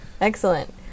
Excellent